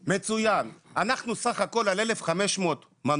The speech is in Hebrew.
מצוין, אנחנו סך הכול על 1,500 מנופים,